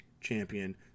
champion